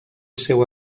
seu